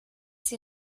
sie